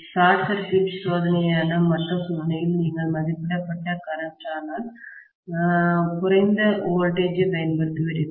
short circuit சோதனையான மற்ற சோதனையில் நீங்கள் மதிப்பிடப்பட்ட மின்னோட்டம் கரண்ட் ஆனால் குறைந்த மின்னழுத்தம்வோல்டேஜ் பயன்படுத்துவீர்கள்